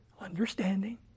understanding